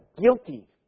guilty